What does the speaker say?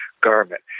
garment